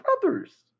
brothers